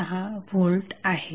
6V आहे